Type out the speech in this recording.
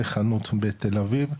בחנות בתל אביב,